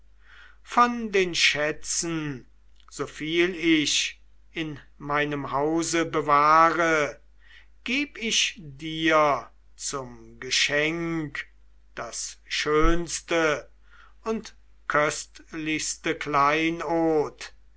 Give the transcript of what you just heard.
von den schätzen soviel ich in meinem hause bewahre geb ich dir zum geschenk das schönste und köstlichste kleinod